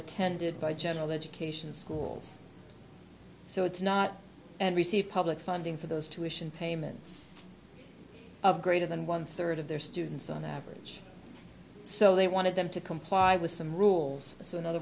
attended by general education schools so it's not and receive public funding for those tuitions payments of greater than one third of their students on average so they wanted them to comply with some rules so in other